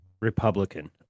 Republican